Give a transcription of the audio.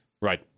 Right